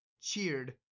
cheered